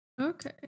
Okay